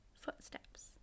footsteps